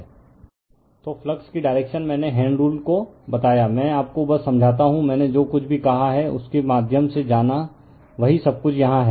refer slide time 0404 तो flux की direction मैंने हैंड रूल को बताया मैं आपको बस समझाता हूं मैंने जो कुछ भी कहा है उसके माध्यम से जाना वही सब कुछ यहां है